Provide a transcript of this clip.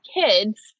kids